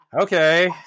Okay